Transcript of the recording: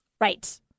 Right